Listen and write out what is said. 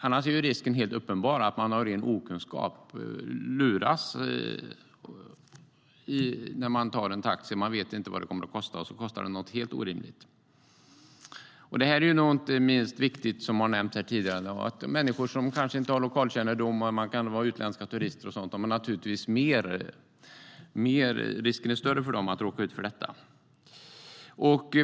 Annars är risken helt uppenbar att den som tar en taxi luras av ren okunskap. Kunden vet inte vad det kommer att kosta, och så blir det en helt orimlig kostnad. Det är inte minst viktigt, som har nämnts här tidigare, för människor som kanske inte har lokalkännedom, till exempel utländska turister. Risken är större för dem att råka ut för detta.